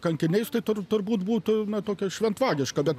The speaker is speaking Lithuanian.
kankiniais tai tur turbūt būtų tokia šventvagiška bet